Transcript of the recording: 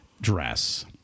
dress